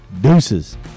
Deuces